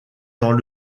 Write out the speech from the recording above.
dans